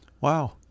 wow